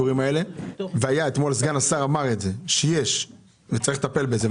אתמול סגן השר אמר שיש וצריך לטפל בזה.